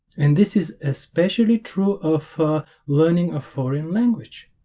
and this is especially true of learning a foreign language